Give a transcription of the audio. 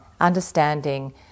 understanding